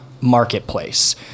marketplace